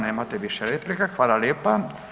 Nemate više replika, hvala lijepa.